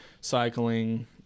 cycling